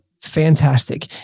fantastic